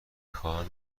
خواهم